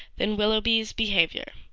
than willoughby's behaviour.